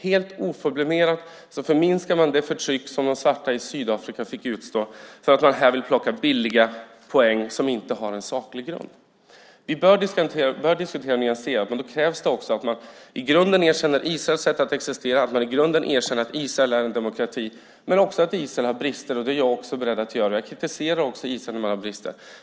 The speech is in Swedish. Helt oförblommerat förminskar man det förtryck som de svarta i Sydafrika fick utså för att man här vill plocka billiga poäng som inte har någon saklig grund. Vi bör diskutera nyanserat, men då krävs det att man i grunden erkänner Israels rätt att existera och att Israel är en demokrati, men också att Israel har brister. Det är även jag beredd att göra. Jag kritiserar Israels brister.